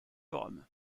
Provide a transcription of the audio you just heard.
forum